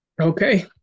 Okay